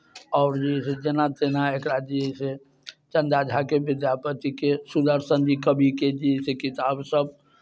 आओर जे अइ से जेना तेना एकरा जे अइ से चन्दा झाके विद्यापतिके सुदर्शन जी कविके जे अइ से किताबसभ